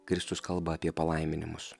kristus kalba apie palaiminimus